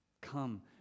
come